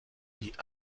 die